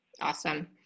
Awesome